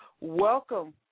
Welcome